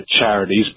charities